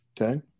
Okay